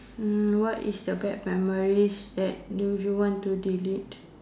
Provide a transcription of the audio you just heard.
what is the bad memories that do you want to delete